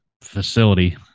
facility